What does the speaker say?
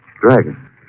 Dragon